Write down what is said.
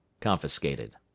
confiscated